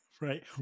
Right